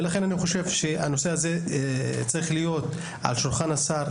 ולכן הנושא הזה צריך להיות על שולחן השר,